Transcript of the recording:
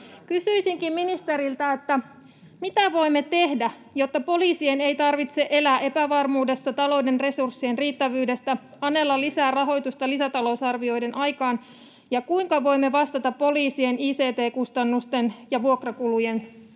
Kysyisinkin ministeriltä: mitä voimme tehdä, jotta poliisien ei tarvitse elää epävarmuudessa talouden resurssien riittävyydestä, anella lisää rahoitusta lisätalousarvioiden aikaan, ja kuinka voimme vastata poliisien ict-kustannusten ja vuokrakulujen kasvuun?